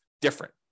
different